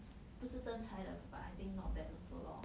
不是真材的 but I think not bad also lor